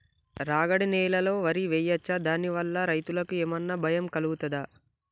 రాగడి నేలలో వరి వేయచ్చా దాని వల్ల రైతులకు ఏమన్నా భయం కలుగుతదా?